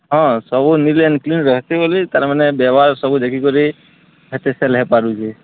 ହଁ ସବୁ neat and clean ରହେସି ବଲି ତାର୍ମାନେ ବ୍ୟବହାର୍ ସବୁ ଦେଖିକରି ହେତେ ସେଲ୍ ହେଇପାରୁଛେ